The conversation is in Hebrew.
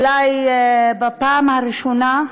אולי בפעם הראשונה,